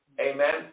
Amen